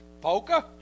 Poker